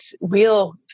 real